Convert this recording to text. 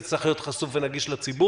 וזה צריך להיות חשוף ונגיש לציבור,